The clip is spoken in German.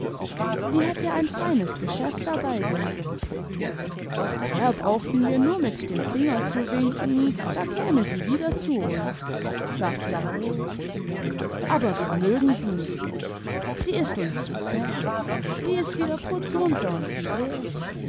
die hätte ein feines geschäft dabei gemacht der brauchten wir nur mit dem finger zu winken da käme sie wieder zu uns sagte er roh aber wir mögen sie nicht mehr sie ist uns zu fett die ist wieder putzmunter imd fidel